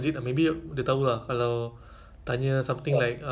that time I went that time I went exchange